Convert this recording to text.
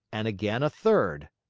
and again a third,